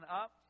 up